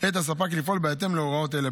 את הספק לפעול בהתאם להוראות אלה.